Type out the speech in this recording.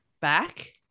back